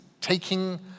taking